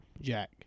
Jack